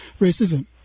racism